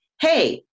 Hey